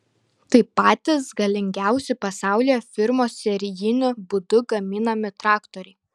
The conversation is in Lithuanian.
tai patys galingiausi pasaulyje firmos serijiniu būdu gaminami traktoriai